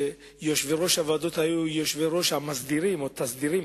שיושבי-ראש הוועדות היו יושבי-ראש מסדירים או תסדירים,